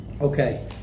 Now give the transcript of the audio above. Okay